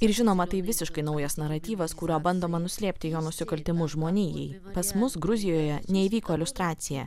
ir žinoma tai visiškai naujas naratyvas kuriuo bandoma nuslėpti jo nusikaltimus žmonijai pas mus gruzijoje neįvyko liustracija